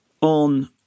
on